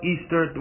Easter